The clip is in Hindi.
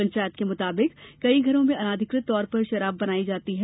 पंचायत के मुताबिक कई घरों में अनाधिकृत तौर पर शराब बनाई जाती है